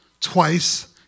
twice